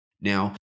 Now